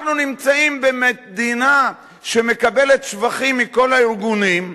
אנחנו נמצאים במדינה שמקבלת שבחים מכל הארגונים,